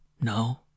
No